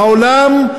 העולם,